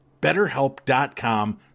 BetterHelp.com